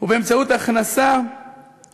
ובאמצעות הכנה פעילה